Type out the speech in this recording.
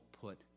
put